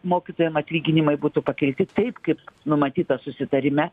mokytojam atlyginimai būtų pakelti taip kaip numatyta susitarime